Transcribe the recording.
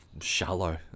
shallow